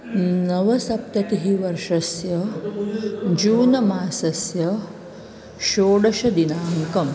नवसप्ततिः वर्षस्य जूनमासस्य षोडशदिनाङ्कम्